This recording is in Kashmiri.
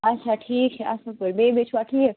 آچھا ٹھیٖک چھُ اصٕل پٲٹھۍ بیٚیہِ بیٚیہِ چھُوا ٹھیٖک